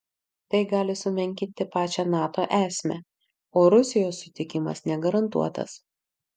tai gali sumenkinti pačią nato esmę o rusijos sutikimas negarantuotas